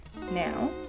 Now